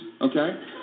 okay